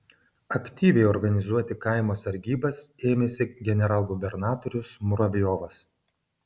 aktyviai organizuoti kaimo sargybas ėmėsi generalgubernatorius muravjovas